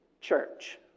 church